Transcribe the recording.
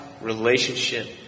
relationship